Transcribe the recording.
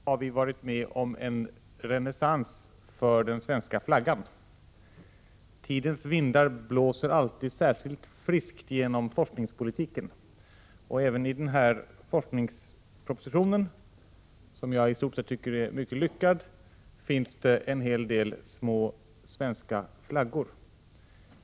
Herr talman! De senaste åren har det varit en renässans för den svenska flaggan. Tidens vindar blåser alltid särskilt friskt genom forskningspolitiken, och även i denna forskningsproposition, som jag i stort sett tycker är mycket lyckad, finns det en hel del små svenska flaggor.